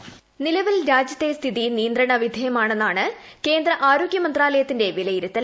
voice നിലവിൽ രാജ്യത്തെ സ്ഥിതി നിയന്ത്രണ വിധേയമാണെന്നാണ് കേന്ദ്ര ആരോഗ്യ മന്ത്രാലയത്തിന്റെ വിലയിരുത്തൽ